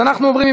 אז אנחנו עוברים,